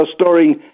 storing